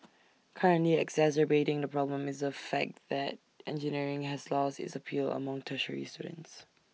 currently exacerbating the problem is the fact that engineering has lost its appeal among tertiary students